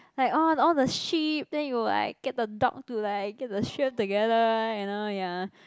like all all the sheep then you like get the dog to like get the sheep together you know ya